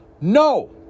No